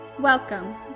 Welcome